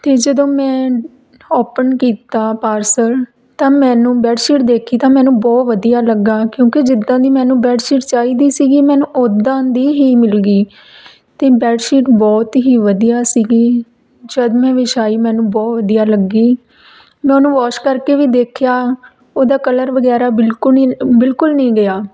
ਅਤੇ ਜਦੋਂ ਮੈਂ ਓਪਨ ਕੀਤਾ ਪਾਰਸਲ ਤਾਂ ਮੈਨੂੰ ਬੈਡਸ਼ੀਟ ਦੇਖੀ ਤਾਂ ਮੈਨੂੰ ਬਹੁਤ ਵਧੀਆ ਲੱਗਾ ਕਿਉਂਕਿ ਜਿੱਦਾਂ ਦੀ ਮੈਨੂੰ ਬੈਡਸ਼ੀਟ ਚਾਹੀਦੀ ਸੀਗੀ ਮੈਨੂੰ ਉੱਦਾਂ ਦੀ ਹੀ ਮਿਲ ਗਈ ਅਤੇ ਬੈਡਸ਼ੀਟ ਬਹੁਤ ਹੀ ਵਧੀਆ ਸੀਗੀ ਜਦੋਂ ਮੈਂ ਵਿਛਾਈ ਮੈਨੂੰ ਬਹੁਤ ਵਧੀਆ ਲੱਗੀ ਮੈਂ ਉਹਨੂੰ ਵੋਸ਼ ਕਰਕੇ ਵੀ ਦੇਖਿਆ ਉਹਦਾ ਕਲਰ ਵਗੈਰਾ ਬਿਲਕੁਲ ਨਹੀਂ ਬਿਲਕੁਲ ਨਹੀਂ ਗਿਆ